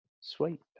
sweet